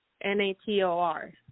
N-A-T-O-R